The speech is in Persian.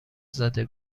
زده